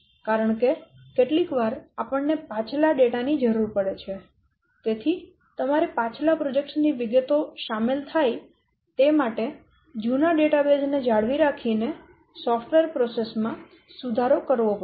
કારણ કે કેટલીકવાર આપણને પાછલા ડેટા ની જરૂર પડે છે તેથી તમારે પાછલા પ્રોજેક્ટ્સ ની વિગતો શામેલ થાય તે માટે જૂના ડેટાબેઝ ને જાળવી રાખીને સોફ્ટવેર પ્રક્રિયા માં સુધારો કરવો પડશે